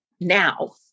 now